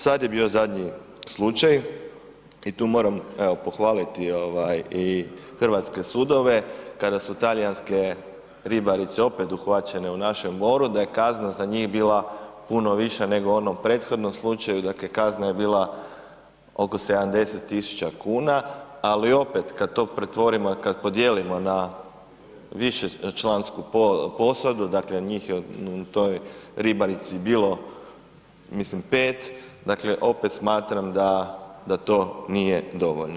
Sada je bio zadnji slučaj i tu moram pohvaliti ovaj i hrvatske sudove, kada su talijanske ribarice opet uhvaćene u našem moru, da je kazna za njih bila puno viša nego u onom prethodnom slučaju, dakle kazna je bila oko 70 tisuća kuna, ali opet, kad to pretvorimo i kad podijelimo na višečlansku posadu, dakle njih je u toj ribarici bilo mislim 5, dakle opet smatram da to nije dovoljno.